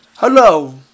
Hello